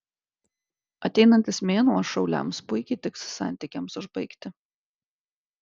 ateinantis mėnuo šauliams puikiai tiks santykiams užbaigti